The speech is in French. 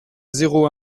zéro